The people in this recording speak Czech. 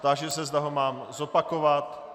Táži se, zda ho mám zopakovat.